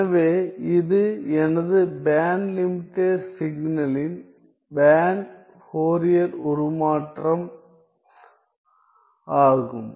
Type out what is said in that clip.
எனவே இது எனது பேண்ட் லிமிடெட் சிக்னலின் பேண்ட் ஃபோரியர் உருமாற்றம் ஆகும்